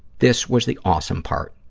this was the awesome part.